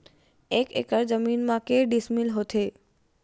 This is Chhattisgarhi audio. एक एकड़ जमीन मा के डिसमिल होथे?